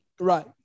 Right